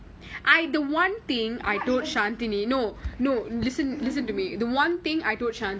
what is